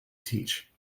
teach